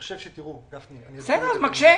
בסדר, מקשה.